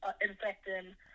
infecting